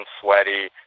sweaty